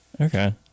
Okay